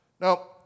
Now